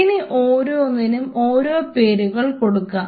ഇനി ഓരോന്നിനും ഓരോ പേരുകൾ കൊടുക്കാം